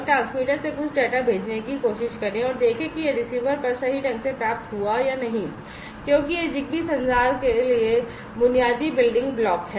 transmitter से कुछ data भेजने की कोशिश करें और देखें कि यह रिसीवर पर सही ढंग से प्राप्त हुआ है या नहीं क्योंकि यह ZigBee संचार के लिए बुनियादी बिल्डिंग ब्लॉक है